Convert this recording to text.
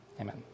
amen